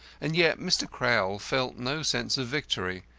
and yet mr. crowl felt no sense of victory.